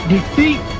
Defeat